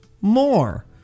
more